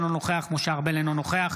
אינו נוכח